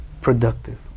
productive